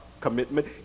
commitment